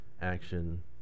action